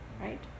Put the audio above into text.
Right